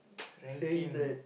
ranking